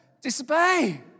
disobey